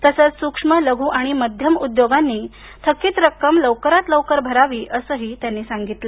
तसंच सूक्ष्म लघु आणि मध्यम उद्योगांनी थकीत रक्कम लवकरात लवकर भरावी असंही त्यांनी सांगितलं